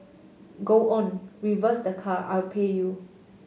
go on reverse the car I'll pay you